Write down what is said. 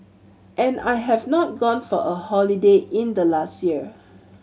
and I have not gone for a holiday in the last year